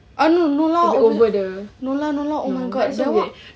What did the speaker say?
take over the no but it's so weird